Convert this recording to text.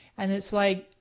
and it's like,